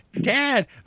Dad